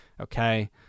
Okay